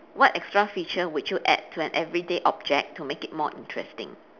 what extra feature would you add to an everyday object to make it more interesting